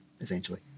essentially